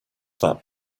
that